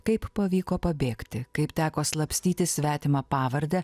kaip pavyko pabėgti kaip teko slapstytis svetima pavarde